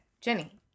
Jenny